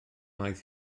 aeth